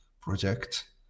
project